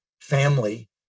family